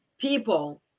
people